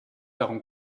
darum